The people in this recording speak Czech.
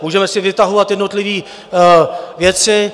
Můžeme si vytahovat jednotlivé věci.